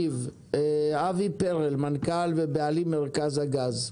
אבי פרל, מנכ"ל ובעלים, מרכז הגז.